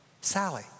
Sally